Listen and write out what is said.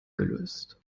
gelöst